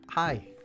Hi